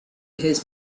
his